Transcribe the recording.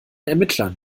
ermittlern